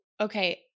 okay